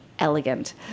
Elegant